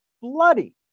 bloody